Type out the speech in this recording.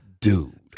dude